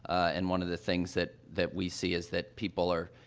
and one of the things that that we see is that people are,